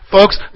Folks